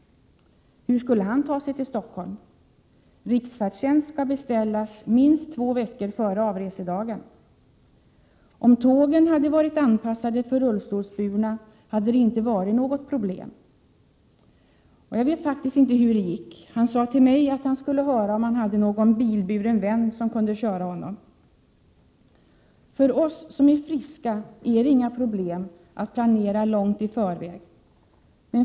Hur skulle han ta sig till Stockholm? Riksfärdtjänst skall beställas minst två veckor före avresedagen, Om tågen hade varit anpassade för rullstolsburna, hade det inte varit något problem. Jag vet faktiskt inte hur det gick. Han sade till mig att han skulle höra om någon bilburen vän kunde köra honom. För oss som är friska är det inga problem att planera långt i förväg.